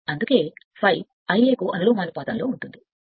అందుకే ∅ Ia కు అనులోమానుపాతంలో ఉంటుంది